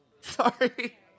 Sorry